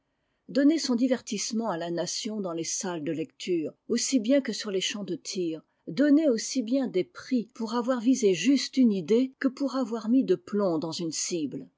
donner son divertissement à la nation dans les salles de lectures aussi bien que sur les champs de tir donner aussi bien des prix pour avoir visé juste une idée que pour avoir mis de plomb dans une cible